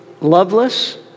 loveless